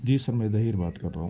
جی sir میں ظہیر بات کر رہا ہوں